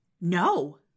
no